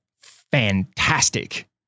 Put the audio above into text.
fantastic